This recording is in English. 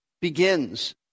begins